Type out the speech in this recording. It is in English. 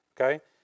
okay